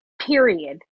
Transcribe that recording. period